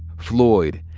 floyd,